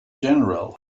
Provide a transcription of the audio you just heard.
general